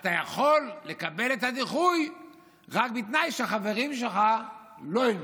אתה יכול לקבל את הדיחוי רק בתנאי שהחברים שלך לא ילמדו.